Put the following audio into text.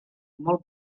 molt